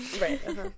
right